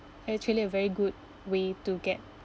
actually a very good way to get